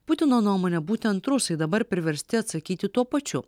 putino nuomone būtent rusai dabar priversti atsakyti tuo pačiu